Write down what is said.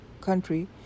country